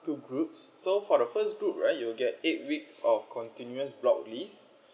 two groups so for the first group right you will get eight weeks of continuous block leave